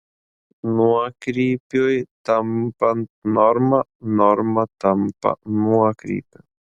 nuokrypiui tampant norma norma tampa nuokrypiu